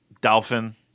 Dolphin